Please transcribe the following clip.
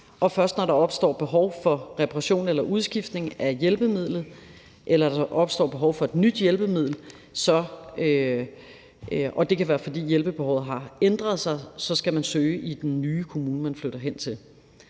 først når der opstår behov for reparation eller udskiftning af hjælpemidlet eller der opstår behov for et nyt hjælpemiddel, og det kan være, fordi hjælpebehovet har ændret sig, skal man søge i den nye kommune, man flytter hen til.